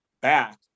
back